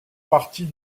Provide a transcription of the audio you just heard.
partie